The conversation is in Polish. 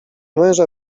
męża